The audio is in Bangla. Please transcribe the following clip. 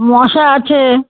মশা আছে